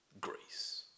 grace